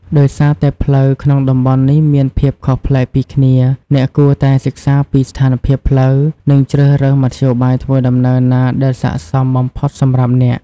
ដោយសារតែផ្លូវក្នុងតំបន់នេះមានភាពខុសប្លែកពីគ្នា អ្នកគួរតែសិក្សាពីស្ថានភាពផ្លូវ និងជ្រើសរើសមធ្យោបាយធ្វើដំណើរណាដែលស័ក្តិសមបំផុតសម្រាប់អ្នក។